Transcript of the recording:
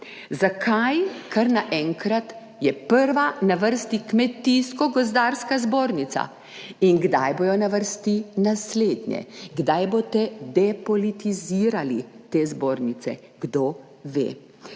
Zakaj je kar naenkrat prva na vrsti Kmetijsko gozdarska zbornica in kdaj bodo na vrsti naslednje? Kdaj boste depolitizirali te zbornice? Kdo ve.